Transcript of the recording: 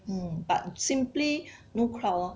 mm but simply no crowd lor